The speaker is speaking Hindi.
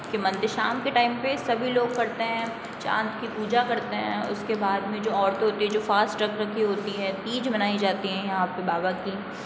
के मंदिर शाम के टाइम पे सभी लोग पढ़ते हैं चाँद की पूजा करते हैं उसके बाद में जो औरतें होती है जो फास्ट रख रखी होती है बीज मनाई जाती है यहाँ पर बाबा की